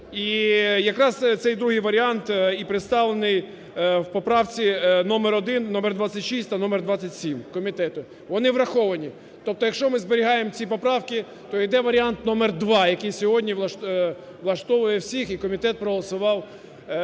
І якраз цей, другий варіант і представлений в поправці номер 1, номер 26 та номер 27 комітету. Вони враховані. Тобто, якщо ми зберігаємо ці поправки, то йде варіант номер два, який сьогодні влаштовує всіх, і комітет проголосував з